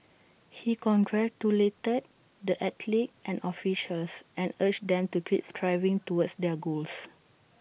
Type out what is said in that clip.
he congratulated the athletes and officials and urged them to keep striving towards their goals